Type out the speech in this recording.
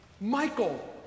Michael